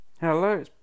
hello